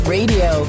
Radio